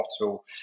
bottle